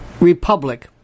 republic